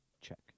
Check